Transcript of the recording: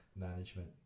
management